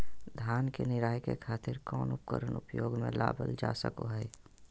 धान के निराई के खातिर कौन उपकरण उपयोग मे लावल जा सको हय?